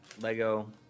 Lego